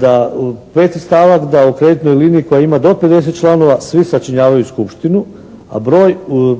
da peti stavak da u kreditnoj liniji koja ima do 50 članova svi sačinjavaju skupštinu a broj